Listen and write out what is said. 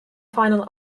final